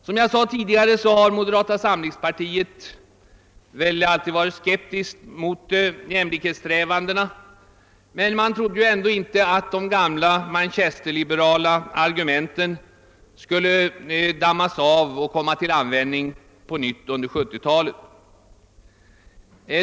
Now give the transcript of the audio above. Som jag tidigare sade har man i moderata samlingspartiet väl alltid varit skeptisk mot jämlikhetssträvandena, men jag trodde ändå inte att de gamla Manchesterliberalargumenten skulle dammas av och komma till användning på nytt under 1970-talet.